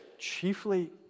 chiefly